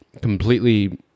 completely